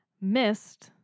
missed